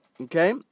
okay